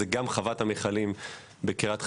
זאת גם חוות המכלים בקריית חיים,